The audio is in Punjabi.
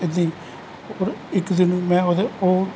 ਇਹਦੀ ਔਰ ਇੱਕ ਦਿਨ ਮੈਂ ਉਹਦੇ ਉਹ